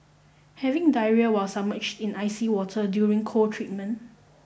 having diarrhoea while submerged in icy water during cold treatment